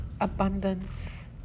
abundance